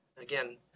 again